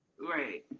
right